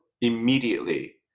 immediately